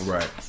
Right